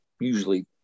usually